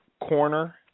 corner